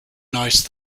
nice